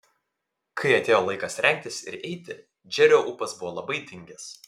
kai atėjo laikas rengtis ir eiti džerio ūpas buvo labai dingęs